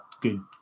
good